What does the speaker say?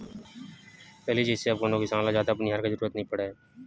पहिली जइसे अब कोनो किसान ल जादा बनिहार के जरुरत नइ पड़य